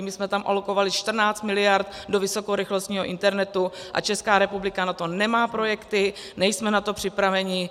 My jsme tam alokovali 14 miliard do vysokorychlostního internetu a Česká republika na to nemá projekty, nejsme na to připraveni.